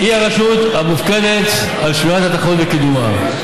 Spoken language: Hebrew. היא הרשות המופקדת על שמירת התחרות וקידומה,